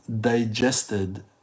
digested